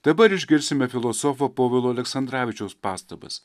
dabar išgirsime filosofo povilo aleksandravičiaus pastabas